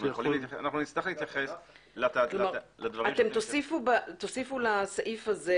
אנחנו נצטרך להתייחס לדברים --- אתם תוסיפו לסעיף הזה